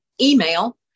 email